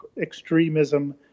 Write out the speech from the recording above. extremism